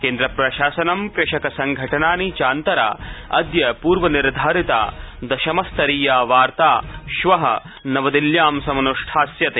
केन्द्रप्रशासनं कषक संघटनानि चान्तरा अद्य पूर्वनिर्धारिता दशमस्तरीया वार्ता श्वः नवदिल्ल्याम् समन्डास्यते